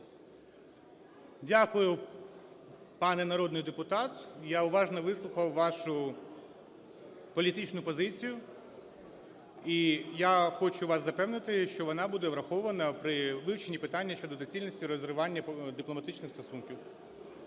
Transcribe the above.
Дякую, пане народний депутат. Я уважно вислухав вашу політичну позицію. І я хочу вас запевнити, що вона буде врахована при вивченні питання щодо доцільності розривання дипломатичних стосунків.